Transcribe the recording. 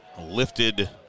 lifted